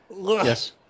Yes